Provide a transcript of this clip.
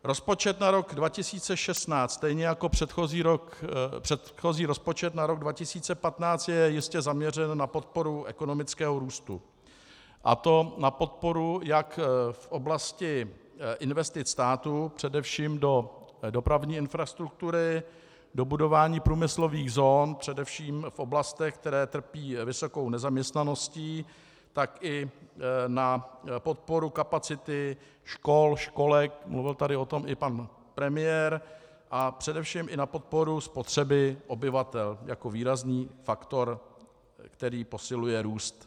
Rozpočet na rok 2016 stejně jako předchozí rozpočet na rok 2015 je jistě zaměřen na podporu ekonomického růstu, a to na podporu jak v oblasti investic státu především do dopravní infrastruktury, do budování průmyslových zón především v oblastech, které trpí vysokou nezaměstnaností, tak i na podporu kapacity škol, školek mluvil tady o tom i pan premiér a především i na podporu spotřeby obyvatel jako výrazný faktor, který posiluje růst.